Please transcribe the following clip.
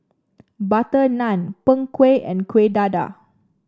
butter naan Png Kueh and Kuih Dadar